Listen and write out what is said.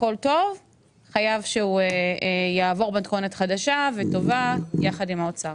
הכל טוב; חייב שהוא יעבור מתכונת חדשה וטובה יחד עם האוצר.